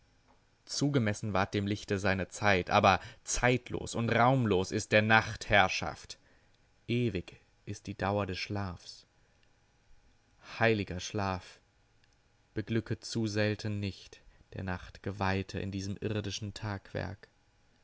zugemessen ward dem lichte seine zeit aber zeitlos und raumlos ist der nacht herrschaft ewig ist die dauer des schlafs heiliger schlaf beglücke zu selten nicht der nacht geweihte in diesem irdischen tagewerk